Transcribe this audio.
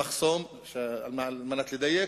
כדי לדייק,